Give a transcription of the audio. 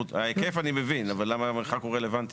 ההיקף אני מבין, אבל למה המרחק הוא רלוונטי?